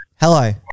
hello